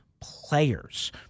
players